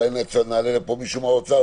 אולי נעלה לפה מישהו מאוצר,